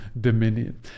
dominion